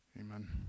amen